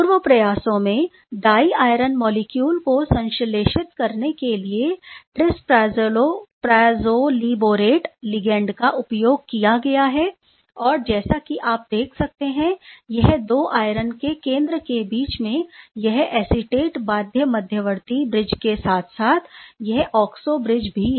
पूर्व प्रयासों में डाई आयरन मॉलिक्यूल को संश्लेषित करने के लिए ट्रिसैप्राजोलिबोलेरेट लिगैंड का उपयोग किया गया है और जैसा कि आप देख सकते हैं कि यह दो आयरन के केंद्र के बीच में यह एसीटेट बाध्य मध्यवर्ती ब्रिज के साथ साथ यह ऑक्सो ब्रिज भी है